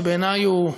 שבעיני הוא,